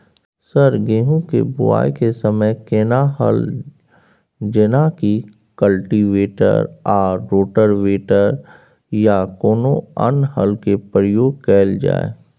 Sir गेहूं के बुआई के समय केना हल जेनाकी कल्टिवेटर आ रोटावेटर या कोनो अन्य हल के प्रयोग कैल जाए?